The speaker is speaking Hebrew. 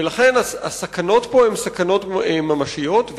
ולכן הסכנות פה הן סכנות ממשיות.